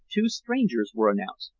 two strangers were announced,